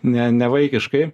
ne nevaikiškai